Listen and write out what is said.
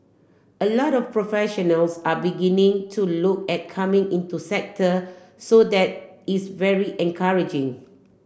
a lot of professionals are beginning to look at coming into sector so that is very encouraging